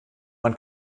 man